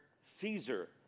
Caesar